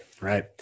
right